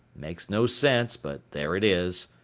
makes no sense, but there it is.